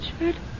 Richard